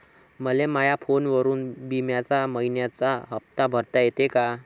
मले माया फोनवरून बिम्याचा मइन्याचा हप्ता भरता येते का?